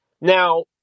now